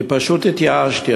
כי פשוט התייאשתי.